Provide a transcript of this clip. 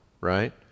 right